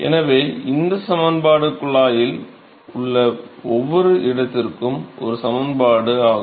எனவே இந்த சமன்பாடு குழாயில் உள்ள ஒவ்வொரு இடத்திற்கும் ஒரு சமன்பாடு ஆகும்